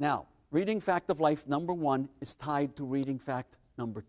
now reading fact of life number one is tied to reading fact number